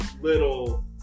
little